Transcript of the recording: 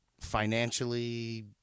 financially